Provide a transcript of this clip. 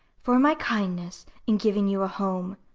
for my kindness in giving you a home.